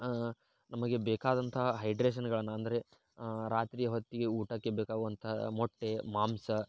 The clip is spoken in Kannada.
ನಮಗೆ ಬೇಕಾದಂತಹ ಹೈಡ್ರೇಶನ್ಗಳನ್ನು ಅಂದರೆ ರಾತ್ರಿ ಹೊತ್ತಿಗೆ ಊಟಕ್ಕೆ ಬೇಕಾಗುವಂತಹ ಮೊಟ್ಟೆ ಮಾಂಸ